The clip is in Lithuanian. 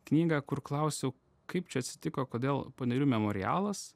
knygą kur klausiu kaip čia atsitiko kodėl panerių memorialas